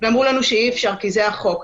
ואמרו לנו שאי-אפשר כי זה החוק.